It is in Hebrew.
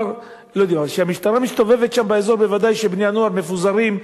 כשהמשטרה מסתובבת שם באזור בוודאי בני-הנוער מפוזרים,